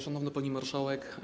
Szanowna Pani Marszałek!